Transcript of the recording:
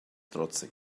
trotzig